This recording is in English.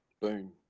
Boom